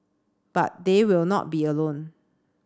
but they will not be alone